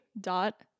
dot